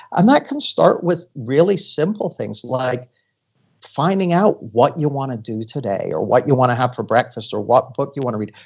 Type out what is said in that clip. and that can start with really simple things like finding out what you want to do today, or what you want to have for breakfast, or what you want to read,